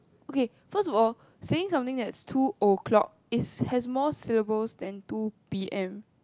okay first of all saying something that is two o-clock is has more syllabus than two P_M